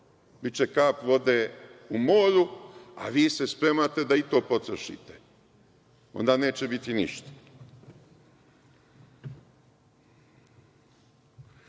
biće kap vode u moru, a vi se spremate da i to potrošite, onda neće biti ništa.